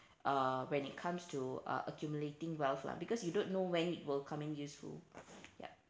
uh when it comes to uh accumulating wealth lah because you don't know when it will come in useful yup